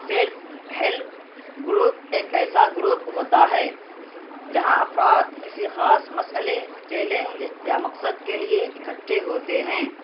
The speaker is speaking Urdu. سیلف ہیلپ گروپ ایک ایسا گڑوپ ہوتا ہے جہاں افراد کسی خاص مسٔلے چیلنج یا مقصد کے لیے اکٹھے ہوتے ہیں